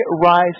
rise